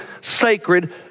sacred